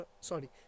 sorry